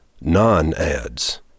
non-ads